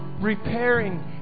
repairing